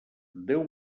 déu